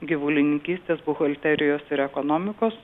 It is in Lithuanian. gyvulininkystės buhalterijos ir ekonomikos